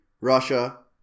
Russia